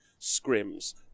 scrims